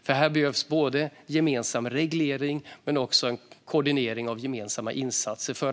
För att flyget ska klara den här utmaningen behövs gemensam reglering men också koordinering av gemensamma insatser.